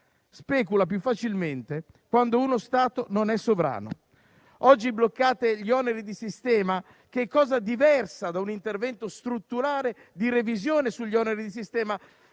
Specula più facilmente quando uno Stato non è sovrano. Oggi bloccate gli oneri di sistema, che è cosa diversa da un intervento strutturale di revisione sugli oneri di sistema.